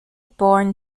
born